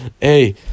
hey